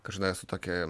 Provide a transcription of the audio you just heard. kažkada esu tokia